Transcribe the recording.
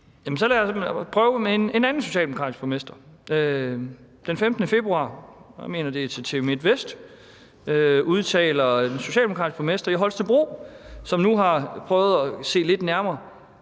så lad os prøve med en anden socialdemokratisk borgmester. Den 15. februar – og jeg mener, det var til TV MIDTVEST – udtaler den socialdemokratiske borgmester i Holstebro, som nu har prøvet at se lidt nærmere